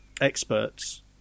experts